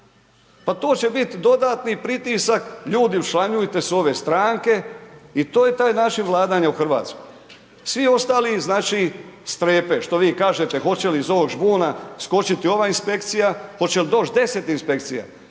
Pa to će bit dodatni pritisak, ljudi učlanjujte se u ove stranke i to je taj način vladanja u RH, svi ostali, znači, strepe, što vi kažete, hoće li iz ovog žbuna skočiti ova inspekcija, hoće li doć 10 inspekcija.